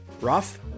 Rough